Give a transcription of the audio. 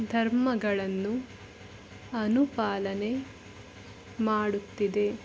ಧರ್ಮಗಳನ್ನು ಅನುಪಾಲನೆ ಮಾಡುತ್ತಿದೆ